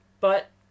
But